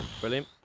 Brilliant